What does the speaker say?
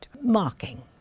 mocking